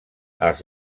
els